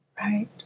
right